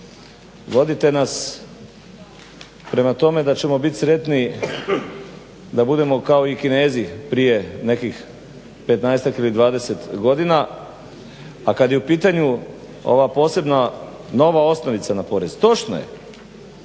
Vodite nas prema tome da ćemo biti sretni da budemo kao i Kinezi prije nekih 15-ak ili 20 godina. A kada je u pitanju ova posebna nova osnovica na porez, točno je,